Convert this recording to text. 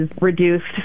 reduced